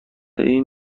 این